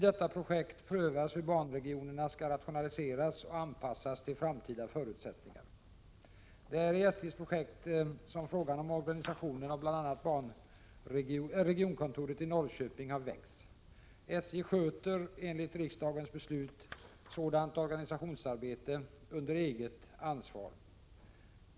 Det äri SJ:s projekt som frågan om organisationen av bl.a. regionkontoret i Norrköping har väckts. SJ sköter enligt riksdagens beslut sådant organisationsarbete under eget ansvar.